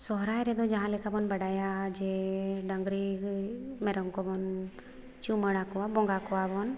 ᱥᱚᱦᱚᱨᱟᱭ ᱨᱮᱫᱚ ᱡᱟᱦᱟᱸ ᱞᱮᱠᱟ ᱵᱚᱱ ᱵᱟᱰᱟᱭᱟ ᱡᱮ ᱰᱟᱹᱝᱨᱤ ᱜᱟᱹᱭ ᱢᱮᱨᱚᱢ ᱠᱚᱵᱚᱱ ᱪᱩᱢᱟᱹᱲᱟ ᱠᱚᱣᱟ ᱵᱚᱸᱜᱟ ᱠᱚᱣᱟᱵᱚᱱ